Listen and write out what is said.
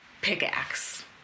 pickaxe